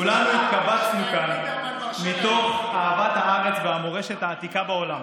כולנו התקבצנו כאן מתוך אהבת הארץ והמורשת העתיקה בעולם.